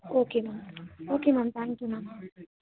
okay ma'am okay ma'am thank you ma'am